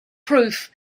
proof